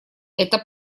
эта